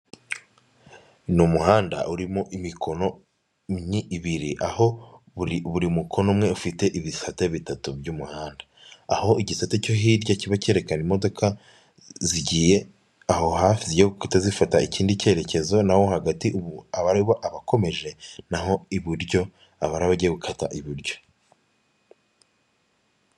Ni umuhanda urimo imikono ibiri aho buri buri mukono umwe ufite ibisate bitatu by'umuhanda, aho igisate cyo hirya kiba cyerekana imodoka zigiye aho hafi zigiye gufata ikindi kerekezo naho hagati ubu abare abakomeje naho iburyo babara bagiye gukata iburyo.